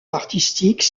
artistique